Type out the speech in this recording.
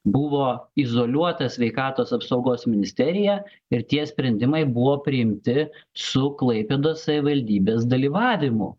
buvo izoliuota sveikatos apsaugos ministerija ir tie sprendimai buvo priimti su klaipėdos savivaldybės dalyvavimu